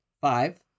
five